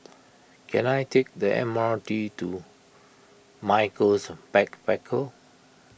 can I take the M R T to Michaels Backpackers